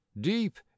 deep